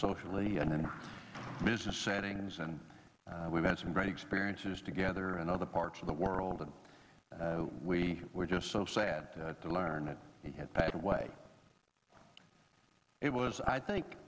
socially and in business endings and we've had some great experiences together in other parts of the world and we were just so sad to learn that he had passed away it was i think